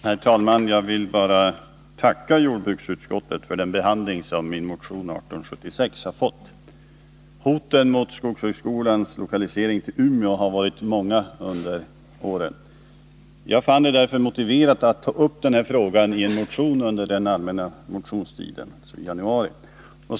Herr talman! Jag vill tacka jordbruksutskottet för den behandling som min motion nr 1876 har fått. Hoten mot skogshögskolans lokalisering till Umeå har varit många under åren. Jag fann det därför motiverat att ta upp frågan i en motion under den allmänna motionstiden i januari.